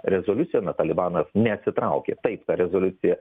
rezoliucija na talibanas neatsitraukė taip ta rezoliucija